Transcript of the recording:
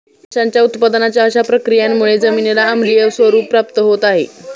माशांच्या उत्पादनाच्या अशा प्रक्रियांमुळे जमिनीला आम्लीय स्वरूप प्राप्त होत आहे